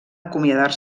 acomiadar